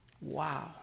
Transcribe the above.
Wow